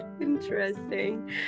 interesting